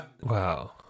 Wow